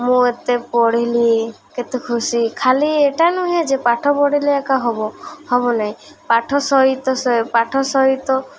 ମୁଁ ଏତେ ପଢ଼ିଲି କେତେ ଖୁସି ଖାଲି ଏଇଟା ନୁହେଁ ଯେ ପାଠ ପଢ଼ିଲେ ଏକା ହବ ହବ ନାଇଁ ପାଠ ସହିତ ପାଠ ସହିତ